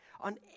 On